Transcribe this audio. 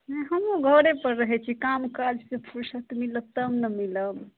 नहि हमहूँ घरेपर रहै छी काम काजसे फुरसत मिलत तब ने मिलब